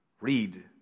read